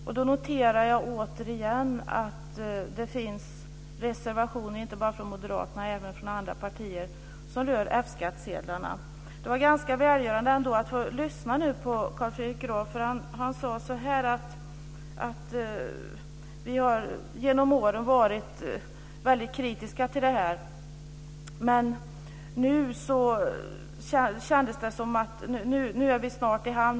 Jag noterar återigen att det finns reservationer inte bara från Moderaterna utan även från andra partier som rör F skattsedlarna. Det var ändå ganska välgörande att få lyssna på Carl Fredrik Graf. Han sade att man genom åren har varit väldigt kritiska mot detta, men nu kändes som om man snart var i hamn.